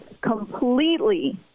completely